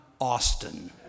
Austin